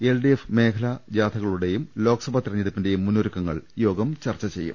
LDF മേഖലാ ജാഥകളുടെയും ലോക്സഭാ തെരഞ്ഞെടുപ്പിന്റെയും മുന്നൊരുക്ക ങ്ങൾ യോഗം ചർച്ച ചെയ്യും